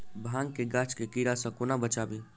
भांग केँ गाछ केँ कीड़ा सऽ कोना बचाबी?